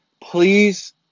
please